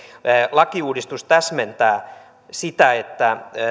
lakiuudistus täsmentää sitä että